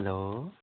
hello